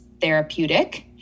therapeutic